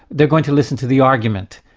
they're going to listen to the argument,